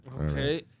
Okay